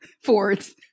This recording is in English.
Ford's